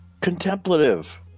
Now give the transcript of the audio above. Contemplative